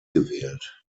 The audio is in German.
gewählt